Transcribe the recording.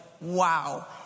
wow